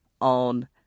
on